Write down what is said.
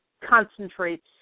concentrates